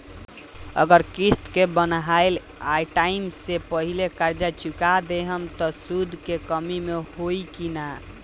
अगर किश्त के बनहाएल टाइम से पहिले कर्जा चुका दहम त सूद मे कमी होई की ना?